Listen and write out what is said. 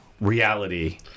reality